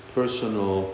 personal